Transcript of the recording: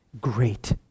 great